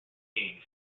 gained